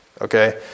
Okay